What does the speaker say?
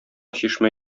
чишмә